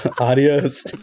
Adios